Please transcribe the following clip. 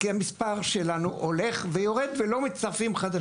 כי המספר שלנו הולך ויורד ולא מצטרפים חדשים.